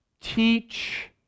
Teach